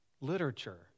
literature